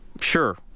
Sure